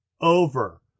over